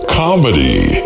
comedy